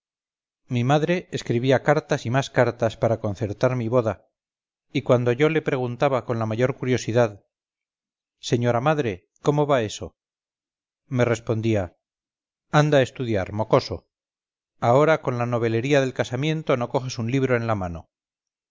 mi madre escribía cartas y más cartas para concertar mi boda y cuando yo le preguntaba con la mayor curiosidad señora madre cómo va eso me respondía anda a estudiar mocoso ahora con la novelería del casamiento no coges un libro en la mano